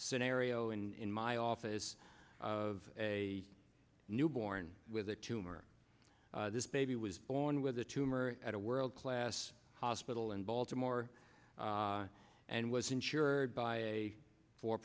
scenario in my office of a newborn with a tumor this baby was born with a tumor at a world class hospital in baltimore and was insured by a for